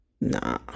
Nah